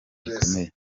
gikomeye